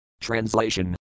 Translation